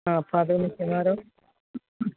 ആ അപ്പം അത് മിക്കവാറും